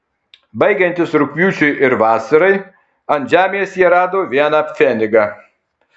baigiantis rugpjūčiui ir vasarai ant žemės jie rado vieną pfenigą